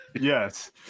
yes